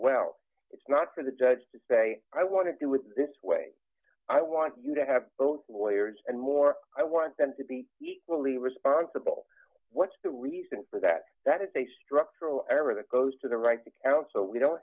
well it's not for the judge to say i want to deal with this way i want you to have both lawyers and more i want them to be equally responsible what's the reason for that that is a structural error that goes to the right else so we don't